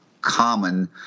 common